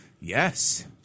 Yes